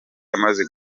amaze